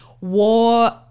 war